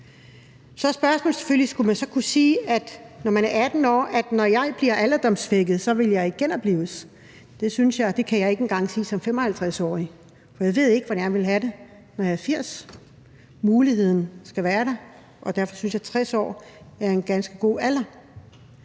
er spørgsmålet selvfølgelig, om man, når man er 18 år, skal kunne sige: Når jeg bliver alderdomssvækket, vil jeg ikke genoplives. Det kan jeg ikke engang sige som 55-årig, for jeg ved ikke, hvordan jeg vil have det, når jeg er 80 år. Men muligheden skal være der, og derfor synes jeg, at 60 år er en ganske god alder